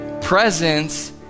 presence